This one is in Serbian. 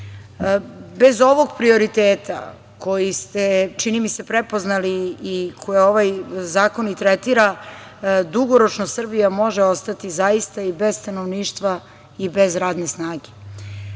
ovog prioriteta, koji ste, čini mi se, prepoznali i koji ovaj zakon i tretira, dugoročno Srbija može ostati zaista i bez stanovništva i bez radne snage. Drugi